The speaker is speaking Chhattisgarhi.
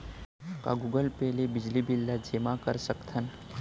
का गूगल पे ले बिजली बिल ल जेमा कर सकथन?